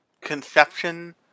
conception